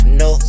no